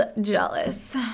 jealous